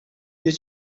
you